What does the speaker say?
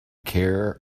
care